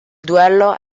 duello